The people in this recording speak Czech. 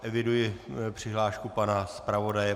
Eviduji přihlášku pana zpravodaje.